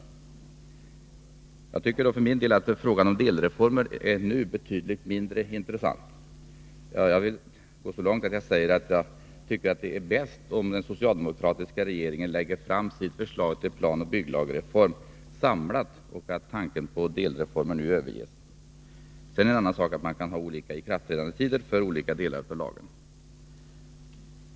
Frågan om delreformer är nu enligt min mening betydligt mindre intressant. Jag vill gå så långt att jag säger att jag anser att det är bäst att den socialdemokratiska regeringen lägger fram sitt förslag till planoch bygglag samlat och att tanken på delreformer nu överges. Det är en annan sak att man kan ha olika ikraftträdandetider för olika delar av lagen.